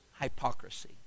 hypocrisy